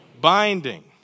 Binding